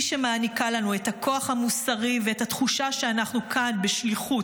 היא שמעניקה לנו את הכוח המוסרי ואת התחושה שאנחנו כאן בשליחות,